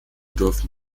durften